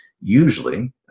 usually